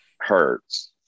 hurts